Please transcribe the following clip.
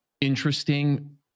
interesting